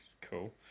cool